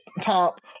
top